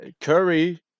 Curry